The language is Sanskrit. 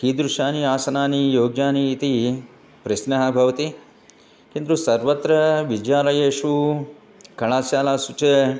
कीदृशानि आसनानि योग्यानि इति प्रश्नः भवति किन्तु सर्वत्र विद्यालयेषु कलाशालासु च